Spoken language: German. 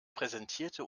präsentierte